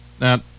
Now